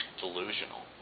delusional